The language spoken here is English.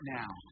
now